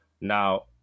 now